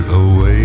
away